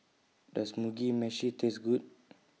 Does Mugi Meshi Taste Good